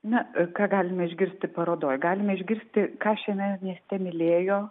na ką galime išgirsti parodoj galime išgirsti ką šiame mieste mylėjo